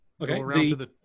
okay